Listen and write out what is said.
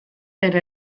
ere